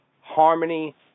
Harmony